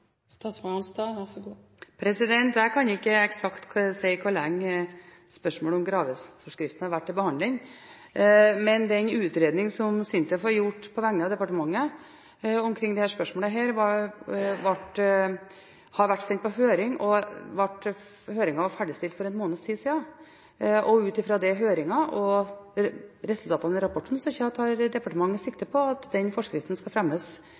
Jeg kan ikke si eksakt hvor lenge spørsmålet om graveforskriften har vært til behandling, men utredningen av dette spørsmålet, som SINTEF har gjort på vegne av departementet, har vært sendt på høring. Høringen var ferdig for en måneds tid siden. Ut fra høringen og ut fra resultatene av rapporten tar departementet sikte på at forskriften skal fremmes i løpet av den stortingsperioden vi nå er inne i. Når det gjelder spørsmålet om cookies, erkjenner jeg